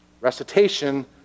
recitation